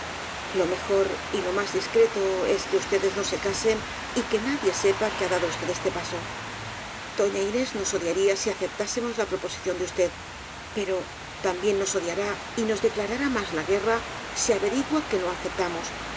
lo mejor y lo más discreto es que ustedes no se casen y que nadie sepa que ha dado usted este paso doña inés nos odiaría si aceptásemos la proposición de usted pero también nos odiará y nos declarará más la guerra si averigua que no aceptamos